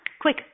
quick